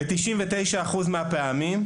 וב-99% מהפעמים,